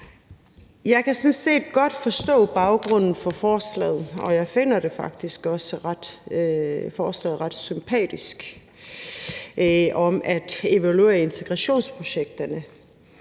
set godt forstå baggrunden for forslaget, og jeg finder faktisk også forslaget om at evaluere integrationsprojekterne